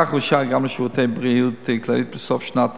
כך אושר גם ל"שירותי בריאות כללית" בסוף שנת